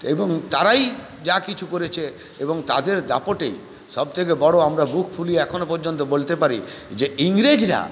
এবং তারাই যা কিছু করেছে এবং তাদের দাপটে সব থেকে বড়ো আমরা বুক ফুলিয়ে এখনও পর্যন্ত বলতে পারি যে ইংরেজরা